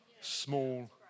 small